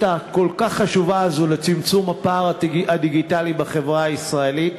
הכל-כך חשובה הזו לצמצום הפער הדיגיטלי בחברה הישראלית,